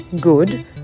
good